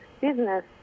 business